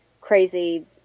crazy